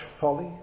folly